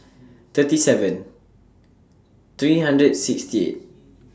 thirty seven three hundred sixty eight